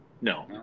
no